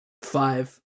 Five